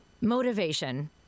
Motivation